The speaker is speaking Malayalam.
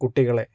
കുട്ടികളെ